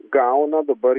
gauna dabar